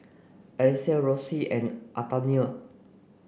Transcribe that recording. Alexys Roxie and Antonia